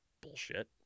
Bullshit